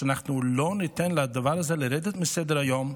שאנחנו לא ניתן לדבר הזה לרדת מסדר-היום,